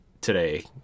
today